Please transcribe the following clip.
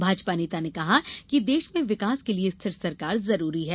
भाजपा नेता ने कहा कि देश में विकास के लिये स्थिर सरकार जरूरी है